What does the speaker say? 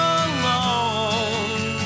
alone